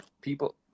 people